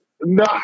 no